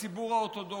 הציבור האורתודוקסי,